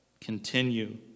continue